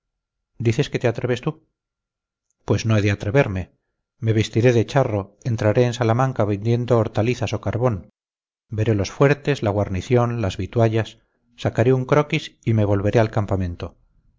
dices que te atreves tú pues no he de atreverme me vestiré de charro entraré en salamanca vendiendo hortalizas o carbón veré los fuertes la guarnición las vituallas sacaré un croquis y me volveré al campamento